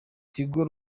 tigo